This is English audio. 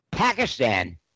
Pakistan